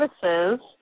services